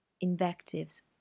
invectives